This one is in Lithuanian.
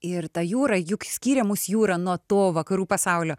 ir ta jūra juk skyrė mus jūra nuo to vakarų pasaulio